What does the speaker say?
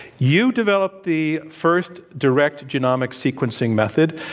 you developed the first direct genomics sequencing method.